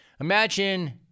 Imagine